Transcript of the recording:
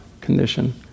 condition